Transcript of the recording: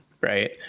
right